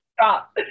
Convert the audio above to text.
stop